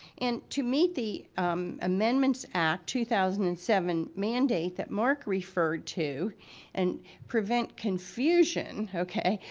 and to meet the amendments act two thousand and seven mandate that mark referred to and prevent confusion, okay,